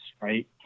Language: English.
right